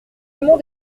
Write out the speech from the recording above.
monde